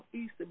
Easter